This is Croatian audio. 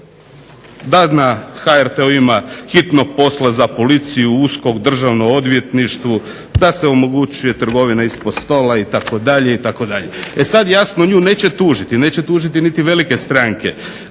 da na HRT-u hitno ima posla za policiju, USKOK, Državno odvjetništvo, da se omogućuje trgovina ispod stola itd. E sada jasno nju neće tužiti, neće tužiti niti velike stranke